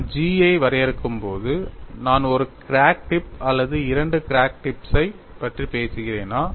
நான் G ஐ வரையறுக்கும்போது நான் ஒரு கிராக் டிப் அல்லது இரண்டு கிராக் டிப்ஸைப் பற்றி பேசுகிறேனா